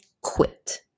quit